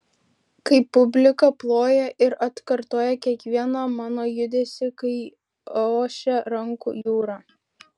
kai publika ploja ir atkartoja kiekvieną mano judesį kai ošia rankų jūra